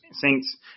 Saints